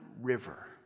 River